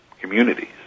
communities